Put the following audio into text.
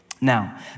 Now